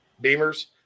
Beamer's